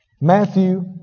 Matthew